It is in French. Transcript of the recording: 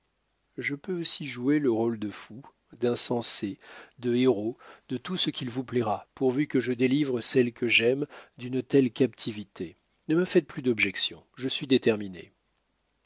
je puis aussi jouer le rôle de fou d'insensé de héros de tout ce qu'il vous plaira pourvu que je délivre celle que j'aime d'une telle captivité ne me faites plus d'objections je suis déterminé